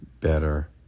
better